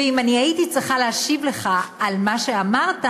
ואם אני הייתי צריכה להשיב לך על מה שאמרת,